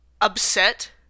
upset